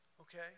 Okay